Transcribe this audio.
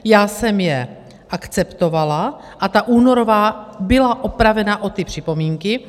Já jsem je akceptovala a ta únorová byla opravena o ty připomínky.